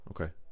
Okay